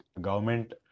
government